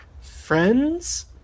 friends